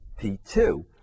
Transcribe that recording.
P2